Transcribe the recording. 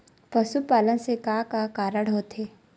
पशुपालन से का का कारण होथे?